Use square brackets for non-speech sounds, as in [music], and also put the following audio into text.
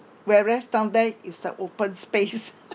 whereas down there is the open space [laughs]